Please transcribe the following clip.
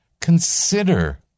consider